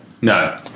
No